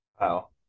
Wow